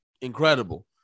Incredible